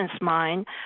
mind